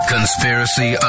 Conspiracy